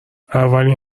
اولین